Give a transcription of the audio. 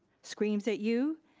screams at you,